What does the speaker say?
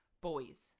boys